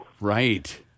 Right